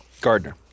Gardner